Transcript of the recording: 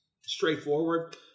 straightforward